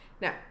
Now